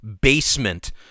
basement